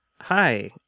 Hi